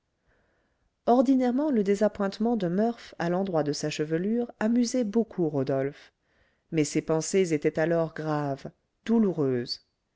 ordinairement le désappointement de murph à l'endroit de sa chevelure amusait beaucoup rodolphe mais ses pensées étaient alors graves douloureuses